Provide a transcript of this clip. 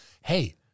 hey